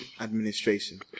administration